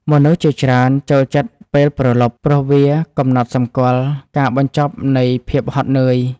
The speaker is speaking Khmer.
មនុស្សជាច្រើនចូលចិត្តពេលព្រលប់ ព្រោះវាកំណត់សម្គាល់ការបញ្ចប់នៃភាពហត់នឿយ។